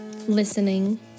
Listening